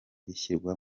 rishyirwa